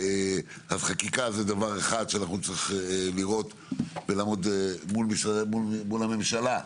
אז חקיקה זה דבר אחד שצריך לראות ולעמוד מול הממשלה,